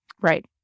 Right